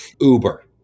Uber